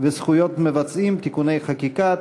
וזכויות מבצעים (תיקוני חקיקה),